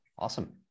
Awesome